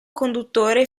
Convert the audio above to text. conduttore